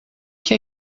que